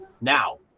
Now